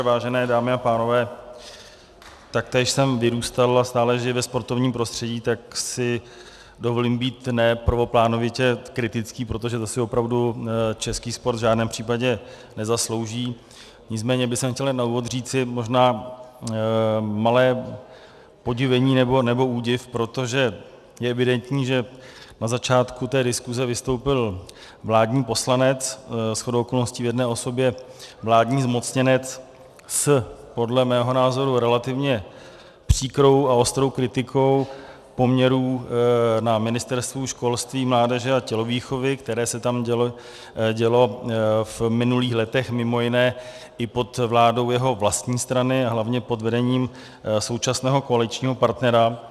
Vážené dámy a pánové, taktéž jsem vyrůstal a stále žiji ve sportovním prostředí, tak si dovolím být ne prvoplánovitě kritický, protože to si opravdu český sport v žádném případě nezaslouží, nicméně bych chtěl na úvod říci možná malé podivení nebo údiv, protože je evidentní, že na začátku té diskuse vystoupil vládní poslanec, shodou okolností v jedné osobě vládní zmocněnec, s podle mého názoru relativně příkrou a ostrou kritikou poměrů na Ministerstvu školství, mládeže a tělovýchovy, které se tam děly v minulých letech, mimo jiné i pod vládou jeho vlastní strany, hlavně pod vedením současného koaličního partnera.